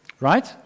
right